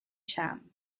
cham